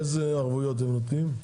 איזה ערבויות הם נותנים?